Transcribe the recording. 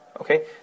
Okay